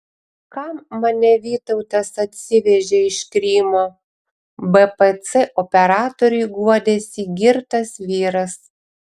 kam mane vytautas atsivežė iš krymo bpc operatoriui guodėsi girtas vyras